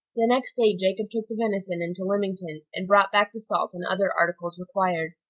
the next day jacob took the venison into lymington, and brought back the salt and other articles required.